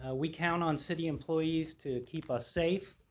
we count on city employees to cheap us safe,